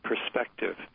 perspective